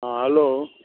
hello